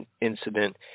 incident